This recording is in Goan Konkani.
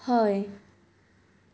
हय